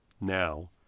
Now